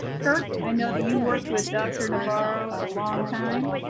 kirk, i know that you worked with dr. navarro a long time.